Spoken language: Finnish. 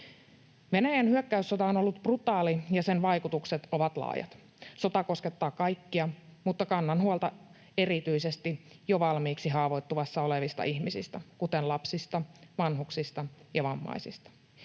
Venäjän hyökkäyssota on ollut brutaali, ja sen vaikutukset ovat laajat. Sota koskettaa kaikkia, mutta kannan huolta erityisesti jo valmiiksi haavoittuvassa asemassa olevista ihmisistä, kuten lapsista, vanhuksista ja vammaisista.